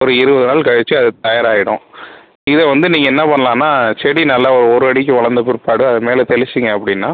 ஒரு இருபது நாள் கழிச்சு அது தயாராகிடும் இதை வந்து நீங்கள் என்ன பண்ணலான்னா செடி நல்லா ஒரு அடிக்கு வளர்ந்த பிற்பாடு அது மேலே தெளிச்சிங்கள் அப்படினா